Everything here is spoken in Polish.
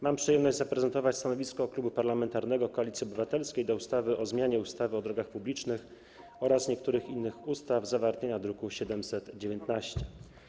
Mam przyjemność zaprezentować stanowisko Klubu Parlamentarnego Koalicja Obywatelska dotyczące projektu ustawy o zmianie ustawy o drogach publicznych oraz niektórych innych ustaw, zawartego w druku nr 719.